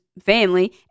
family